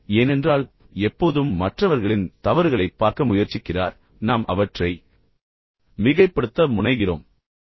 ஏனென்றால் B எப்போதும் மற்றவர்களின் தவறுகளைப் பார்க்க முயற்சிக்கிறார் நாம் அவற்றை மிகைப்படுத்த முனைகிறோம் என்பதையும் நீங்கள் அறிந்திருக்கலாம்